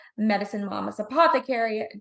medicinemamasapothecary